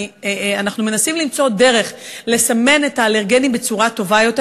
אנחנו מנסים למצוא דרך לסמן את האלרגנים בצורה טובה יותר.